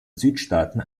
südstaaten